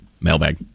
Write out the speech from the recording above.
Mailbag